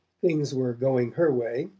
things were going her way,